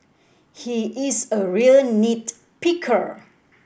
he is a real nit picker